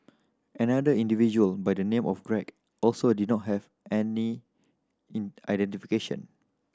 another individual by the name of Greg also did not have any in identification